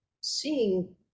seeing